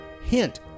hint